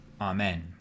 Amen